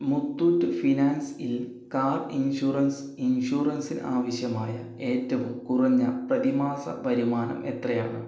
മുത്തൂറ്റ് ഫിനാൻസിൽ car insurance ഇൻഷുറൻസിന് ആവശ്യമായ ഏറ്റവും കുറഞ്ഞ പ്രതിമാസ വരുമാനം എത്രയാണ്